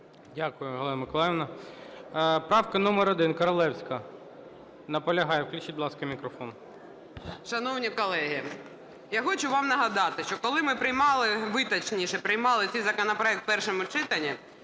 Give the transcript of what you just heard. Дякую, Галино Миколаївно. Правка номер 1, Королевська. Наполягає. Включіть, будь ласка, мікрофон. 12:43:26 КОРОЛЕВСЬКА Н.Ю. Шановні колеги, я хочу вам нагадати, що коли ми приймали, ви, точніше, приймали цей законопроект у першому читанні,